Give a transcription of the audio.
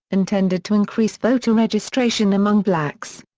intended to increase voter registration among blacks.